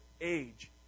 age